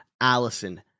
Allison